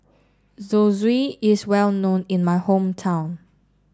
Zosui is well known in my hometown